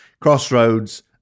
Crossroads